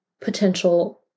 potential